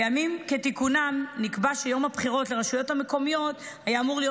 בימים כתיקונם נקבע שיום הבחירות לרשויות היה אמור להיות